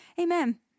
amen